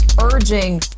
urging